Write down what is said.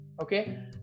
okay